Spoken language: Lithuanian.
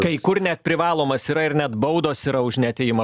kai kur net privalomas yra ir net baudos yra už neatėjimą